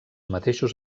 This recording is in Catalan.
mateixos